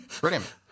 Brilliant